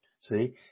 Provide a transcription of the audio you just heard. See